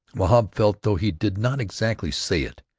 wahb felt, though he did not exactly say it,